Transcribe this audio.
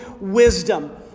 wisdom